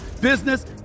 business